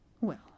Well